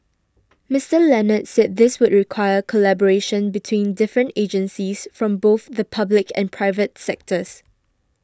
Mister Leonard said this would require collaboration between different agencies from both the public and private sectors